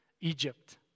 Egypt